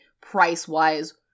price-wise